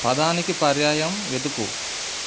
పదానికి పర్యాయం వెతుకు